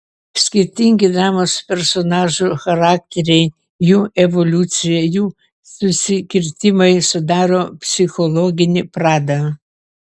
skirtingi dramos personažų charakteriai jų evoliucija jų susikirtimai sudaro psichologinį pradą